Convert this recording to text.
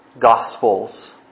Gospels